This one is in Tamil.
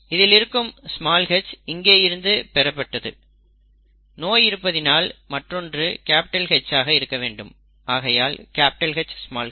இதில் இருக்கும் h இங்கே இருந்து பெறப்பட்டது நோய் இருப்பதினால் மற்றொன்று H ஆக இருக்க வேண்டும் ஆகையால் Hh